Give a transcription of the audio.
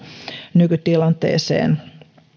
nykytilanteeseen